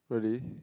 really